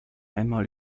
einmal